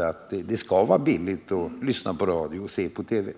att det skall vara billigt att lyssna på radio eller se på TV.